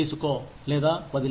తీసుకో లేదా వదిలే